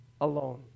alone